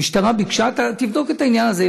המשטרה ביקשה, תבדוק את העניין הזה.